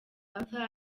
arthur